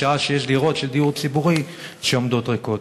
בשעה שיש דירות של דיור ציבורי שעומדות ריקות.